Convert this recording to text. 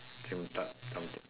same time something